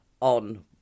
on